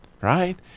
right